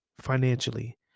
financially